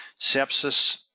sepsis